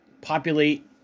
populate